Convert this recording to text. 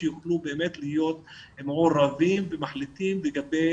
שיוכלו באמת להיות מעורבים ומחליטים לגבי